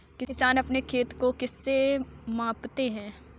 किसान अपने खेत को किससे मापते हैं?